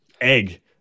egg